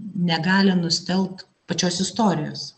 negali nustelbt pačios istorijos